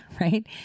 right